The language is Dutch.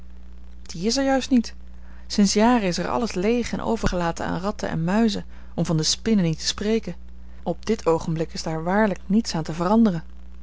die is er juist niet sinds jaren is er alles leeg en overgelaten aan ratten en muizen om van de spinnen niet te spreken in dit oogenblik is daar waarlijk niets aan te veranderen